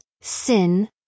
sin